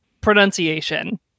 pronunciation